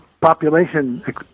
population